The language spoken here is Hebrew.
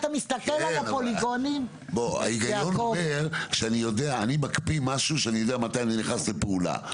אבל ההיגיון אומר שאני מקפיא משהו כשאני יודע מתי אני נכנס לפעולה.